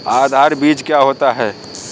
आधार बीज क्या होता है?